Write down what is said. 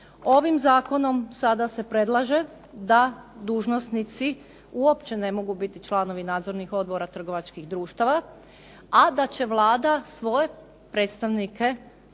Ovim zakonom sada se predlaže da dužnosnici uopće ne mogu biti članovi nadzornih odbora trgovačkih društava, a da će Vlada svoje predstavnike